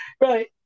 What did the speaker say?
Right